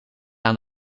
aan